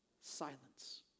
silence